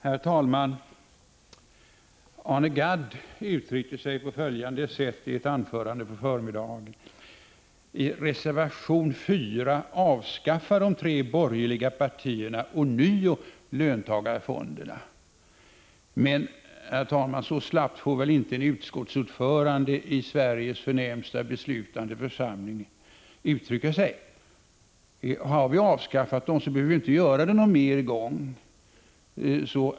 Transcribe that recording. Herr talman! Arne Gadd uttryckte sig på följande sätt i ett anförande på förmiddagen: ”TI reservation 4 avskaffar de tre borgerliga partierna ånyo löntagarfonderna.” Så slappt, herr talman, får inte en utskottsordförande i Sveriges förnämsta beslutande församling uttrycka sig. Har vi avskaffat dem, behöver vi inte göra det någon mer gång.